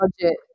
budget